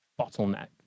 bottleneck